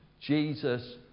Jesus